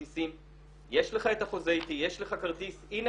אני חושבת שאת ההערה שלך אולי צריך לחבר לסעיף 39 כי סעיף 39 אומר